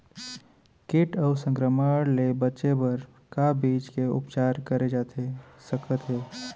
किट अऊ संक्रमण ले बचे बर का बीज के उपचार करे जाथे सकत हे?